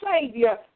Savior